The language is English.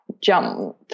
jump